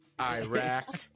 Iraq